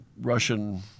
Russian